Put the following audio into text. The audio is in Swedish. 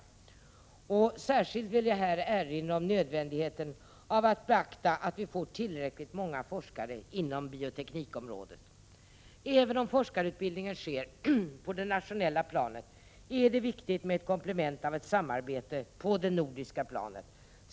Jag vill särskilt erinra om nödvändigheten av att det kommer att finnas tillräckligt många forskare inom bioteknikområdet. Även om forskarutbildningen sker på det nationella planet är det viktigt med ett komplement av ett samarbete på det nordiska planet.